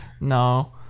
No